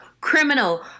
criminal